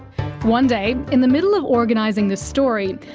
one day, in the middle of organising this story,